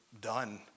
done